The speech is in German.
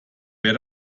wer